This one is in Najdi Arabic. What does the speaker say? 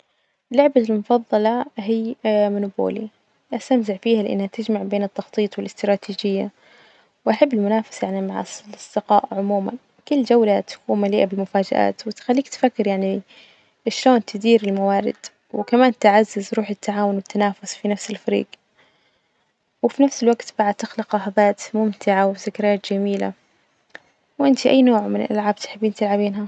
لعبتي المفظلة هي مونوبولي، أستمتع فيها لإنها تجمع بين التخطيط والإستراتيجية، وأحب المنافسة يعني مع الأص- الأصدقاء عموما، كل جولة تكون مليئة بالمفاجآت، وتخليك تفكر يعني شلون تدير الموارد وكمان تعزز روح التعاون والتنافس في نفس الفريج، وفي نفس الوجت بعد تخلج لحظات ممتعة وذكريات جميلة، وإنتي أي نوع من الألعاب تحبين تلعبينها?